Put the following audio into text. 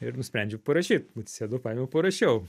ir nusprendžiau parašyt atsisėdau paėmiau ir parašiau